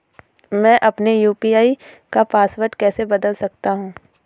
मैं अपने यू.पी.आई का पासवर्ड कैसे बदल सकता हूँ?